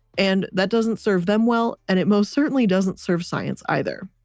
and that doesn't serve them well, and it most certainly doesn't serve science either.